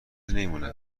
نمیمونه